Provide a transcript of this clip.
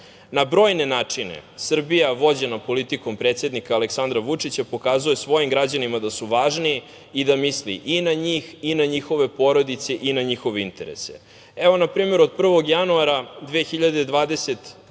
Na brojne načine, Srbija vođena politikom predsednika Aleksandra Vučića pokazuje svojim građanima da su važni i da misli i na njih, i na njihove porodice i na njihov interes. Evo na primer, od 1. januara